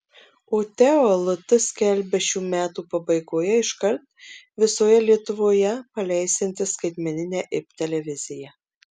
o teo lt skelbia šių metų pabaigoje iškart visoje lietuvoje paleisiantis skaitmeninę ip televiziją